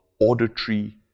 auditory